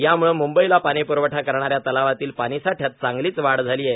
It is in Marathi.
यामुळे मुंबईला पाणी प्रवठा करणाऱ्या तलावांतील पाणी साठ्यात चांगलीच वाढ झाली आहे